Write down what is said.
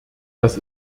das